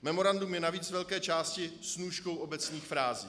Memorandum je navíc z velké části snůškou obecných frází.